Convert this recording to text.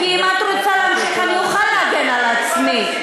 כי אם את רוצה להמשיך, אני אוכל להגן על עצמי.